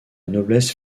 noblesse